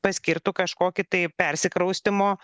paskirtų kažkokį tai persikraustymo